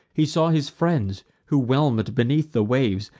he saw his friends, who, whelm'd beneath the waves,